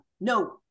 no